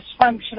dysfunctional